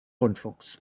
rundfunks